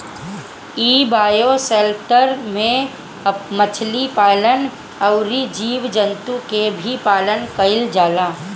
इ बायोशेल्टर में मछली पालन अउरी जीव जंतु के भी पालन कईल जाला